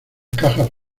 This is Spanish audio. cajas